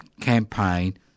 campaign